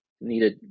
needed